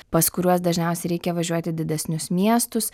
pas kuriuos dažniausiai reikia važiuot į didesnius miestus